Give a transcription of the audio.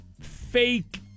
fake